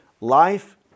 life